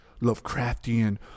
Lovecraftian